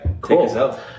cool